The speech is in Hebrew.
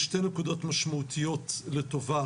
יש שתי נקודות משמעותיות לטובה,